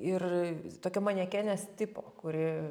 ir tokia manekenės tipo kuri